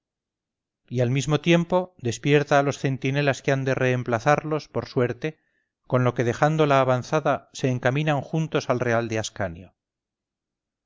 y al mismo tiempo despierta a los centinelas que han de reemplazarlos por suerte con lo que dejando la avanzada se encaminan juntos al real de ascanio